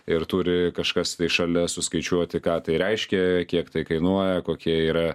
ir turi kažkas šalia suskaičiuoti ką tai reiškia kiek tai kainuoja kokie yra